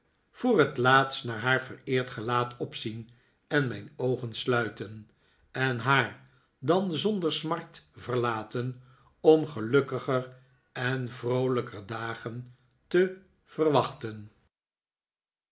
voor het laatst naar haar vereerd gelaat opzien en mijn oogen sluiten en haar dan zonder smart verlateh om gelukkiger en vroolijker dagen te verwachten